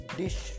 dish